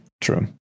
True